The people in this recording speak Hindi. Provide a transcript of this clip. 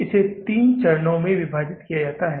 इसे तीन चरणों में विभाजित किया जाता है